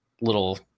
little